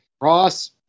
ross